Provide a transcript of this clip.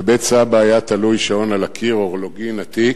בבית סבא היה תלוי שעון על הקיר, אורלוגין עתיק,